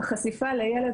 החשיפה לילד,